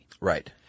Right